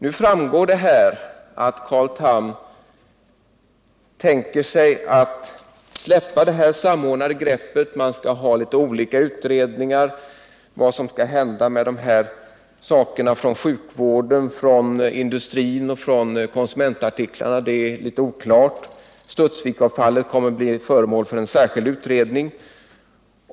Nu framgår det att Carl Tham tänker sig att släppa det samordnade greppet. Man skall ha olika utredningar om vad som skall hända med avfall från sjukvården, från industrin och från konsumentartiklarna; det hela är litet oklart. Studsviksavfallet kommer att bli föremål för en särskild utredning.